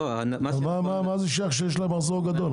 מה זה שייך שיש להם מחזור גדול?